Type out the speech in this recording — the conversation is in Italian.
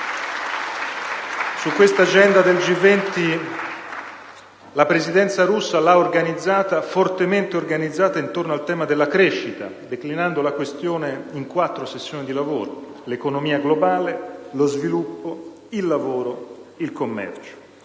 all'agenda del G20. La Presidenza russa l'ha fortemente organizzata intorno al tema della crescita, declinando la questione in quattro sessioni di lavoro: l'economia globale, lo sviluppo, il lavoro, il commercio.